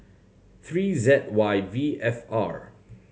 three Z Y V F R